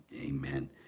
amen